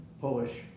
Polish